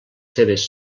seves